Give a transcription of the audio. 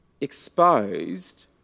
exposed